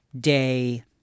Day